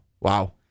Wow